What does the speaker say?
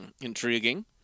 intriguing